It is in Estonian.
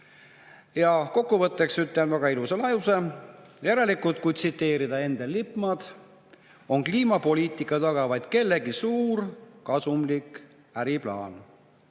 Kokkuvõtteks ütlen väga ilusa lause: järelikult, kui tsiteerida Endel Lippmaad, on kliimapoliitika taga vaid kellegi suur kasumlik äriplaan.